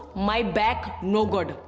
my back no good.